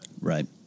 right